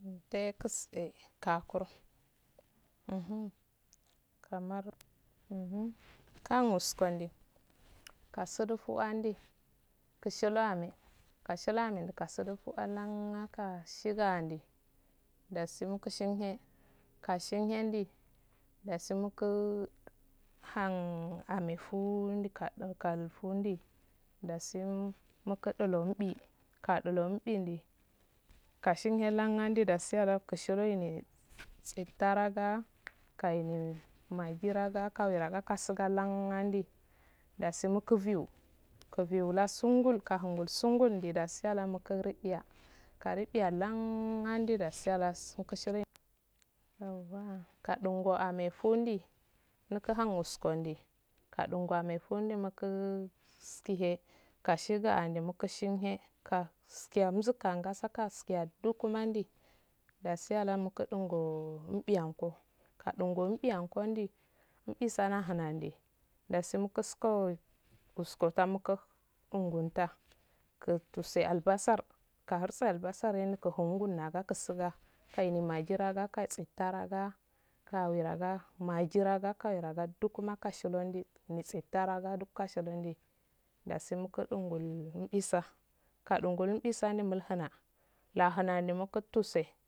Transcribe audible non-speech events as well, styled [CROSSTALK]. Nte tuse kakuro [HESITATION] kamar [HESITATION] kan wuskonde kasudu fu andi kshulo amme kashids ame kasudu fwannaa shga andi dasi ukushinhe kashin hendi dasi muku han adefu kanl fundi dasi mukadolumbi kadolohum mbide kashin henlangadi kashi londe tshetaraga kaine magi ranga kawira ga kasiga lan andi dasi mukubiyu kubiya la sungul kahun gul sundul de dasi ala mukalul biya karu biya lann andi lasi hals muku shire yauwaa kading amefun di nakoha nuskndi kadingo amefundi muka skihe kashiga andi muku shinhe skiha mukaza hakaskiha duk mandi dasi halas mukudingo mbiyango kadingo mbiyangondi mbiso nahande dasi muk kusko usko tamku ungunta ku tuse abasar ka huse albasar yin kahud gun no agakum suga kalin magiirakka tsitaraga ka wiraga majiraga kawaraga duka maka shilon di ni tsitaraga duk kashilondi dasi mukusungul mbisa kadungu mibsahe mulhuna lahana ni muktuse